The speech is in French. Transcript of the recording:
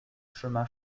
chemin